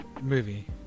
movie